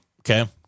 Okay